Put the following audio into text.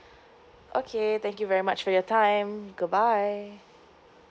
okay thank you very much for your time goodbye